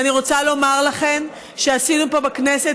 ואני רוצה לומר לכן שעשינו פה בכנסת